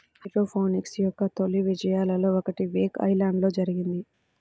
hydroponics యొక్క తొలి విజయాలలో ఒకటి వేక్ ఐలాండ్లో జరిగింది